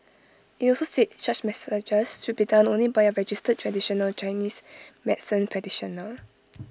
IT also said such massages should be done only by A registered traditional Chinese medicine practitioner